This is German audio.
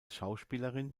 schauspielerin